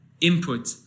input